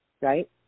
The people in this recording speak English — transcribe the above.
right